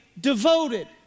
devoted